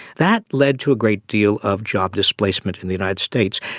that led to a great deal of job displacement in the united states,